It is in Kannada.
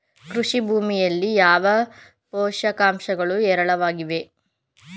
ಕೃಷಿ ಭೂಮಿಯಲ್ಲಿ ಯಾವ ಪೋಷಕಾಂಶಗಳು ಹೇರಳವಾಗಿವೆ?